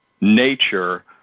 nature